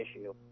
issue